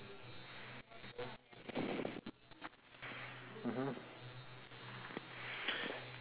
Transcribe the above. mmhmm